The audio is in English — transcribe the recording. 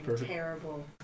Terrible